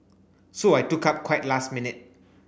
so I took up quite last minute